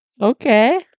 Okay